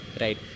Right